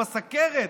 בסוכרת.